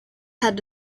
had